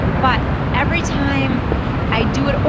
but every time i do it,